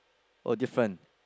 oh different